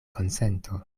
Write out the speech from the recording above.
konsento